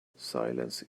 silence